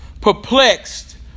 perplexed